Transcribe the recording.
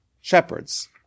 shepherds